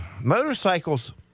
motorcycles